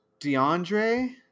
DeAndre